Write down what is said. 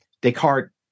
Descartes